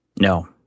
No